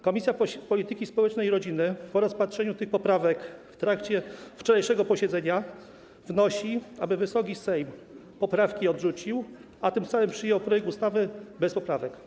Komisja Polityki Społecznej i Rodziny po rozpatrzeniu tych poprawek w trakcie wczorajszego posiedzenia wnosi, aby Wysoki Sejm poprawki odrzucił, a tym samym przyjął projekt ustawy bez poprawek.